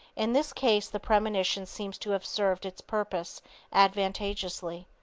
in this case the premonition seems to have served its purpose advantageously.